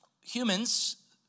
humans